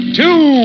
two